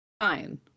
fine